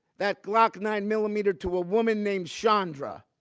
that glock nine millimeter to a woman named chandra.